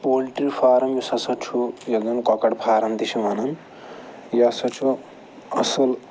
poultry farm یُس ہَسا چھُ یگَن کۄکَر فارَم تہِ چھِ وَنان یہِ ہَسا چھُ اصٕل